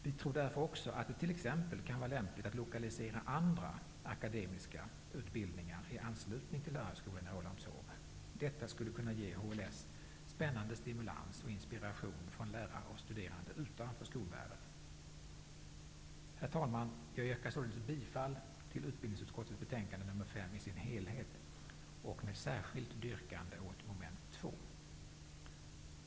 Vi tror därför också att det t.ex. kan vara lämpligt att lokalisera andra, akademiska, utbildningar i anslutning till Lärarhögskolan i Rålambshov. Detta skulle kunna ge HLS spännande stimulans och inspiration från lärare och studerande utanför skolvärlden. Jag yrkar således bifall till utbildningsutskottets hemställan i dess helhet i betänkande nr 5, och då särskilt moment 2.